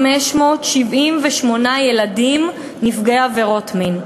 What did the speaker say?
2,578 ילדים נפגעי עבירות מין.